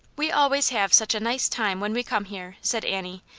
we always have such a nice time when we come here! said annie,